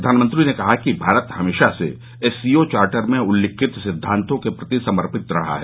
प्रधानमंत्री ने कहा कि भारत हमेशा से एस सी ओ चार्टर में उल्लिखित सिद्दान्तों के प्रति समर्पित रहा है